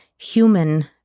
human